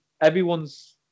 everyone's